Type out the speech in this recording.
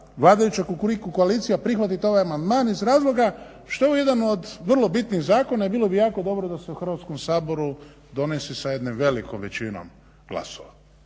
vladajuća Kukuriku koalicija prihvatiti ovaj amandman iz razloga što je ovo jedan od vrlo bitnih zakona i bilo bi jako dobro da se u Hrvatskom saboru donese sa jednom velikom većinom glasova.